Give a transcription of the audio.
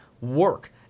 work